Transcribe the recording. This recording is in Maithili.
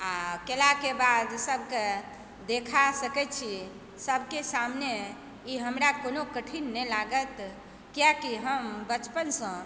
आ केलाके बाद सभकेँ देखा सकय छी सबकेँ सामने ई हमरा कोनो कठिन नहि लागत किआकि हम बचपनसँ